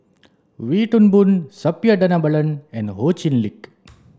Wee Toon Boon Suppiah Dhanabalan and Ho Chee Lick